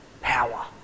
power